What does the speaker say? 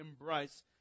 embrace